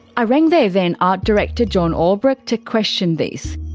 i rang their then art director john albrecht to question this.